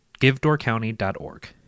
givedoorcounty.org